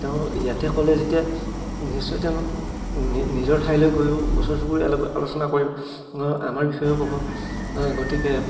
তেওঁ ইয়াতে ক'লে যেতিয়া নিশ্চয় তেওঁলোক নিজৰ ঠাইলৈ গৈও ওচৰ চুবুৰীয়াৰ লগত আলোচনা কৰিব আমাৰ বিষয়েও ক'ব গতিকে